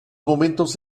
momentos